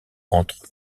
entre